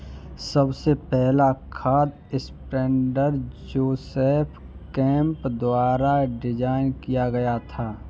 सबसे पहला खाद स्प्रेडर जोसेफ केम्प द्वारा डिजाइन किया गया था